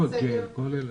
אלכוג'ל, כל אלה.